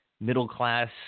middle-class